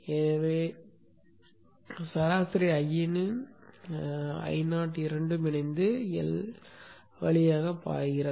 எனவே சராசரி Iinன் சராசரி Io இரண்டும் இணைந்து L வழியாக பாய்கின்றன